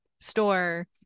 store